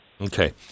Okay